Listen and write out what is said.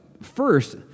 First